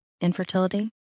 infertility